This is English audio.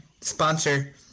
Sponsor